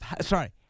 sorry